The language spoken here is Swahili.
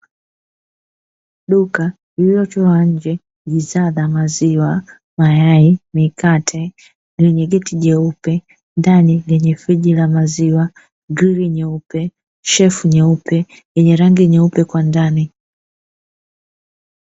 Duka lililochorwa nje bidhaa za maziwa, mayai, mikate, lenye geti jeupe, ndani lenye; friji la maziwa, grili nyeupe, shelfu nyeupe yenye rangi nyeupe kwa ndani.